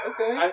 Okay